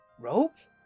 robes